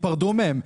תיפרדו מהם.